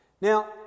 Now